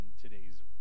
today's